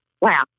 wow